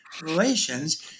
relations